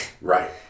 right